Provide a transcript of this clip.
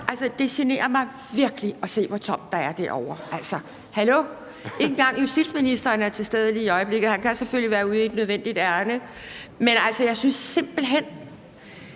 Det generer mig virkelig at se, hvor tomt der er derovre. Hallo! Ikke engang justitsministeren er til stede lige i øjeblikket. Han kan selvfølgelig være ude i et nødvendigt ærinde. Men altså, kan